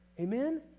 Amen